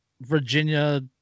Virginia